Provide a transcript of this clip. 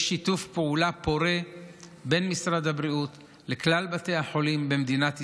יש שיתוף פעולה פורה בין משרד הבריאות לכלל בתי החולים במדינת ישראל,